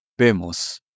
Vemos